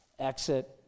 Exit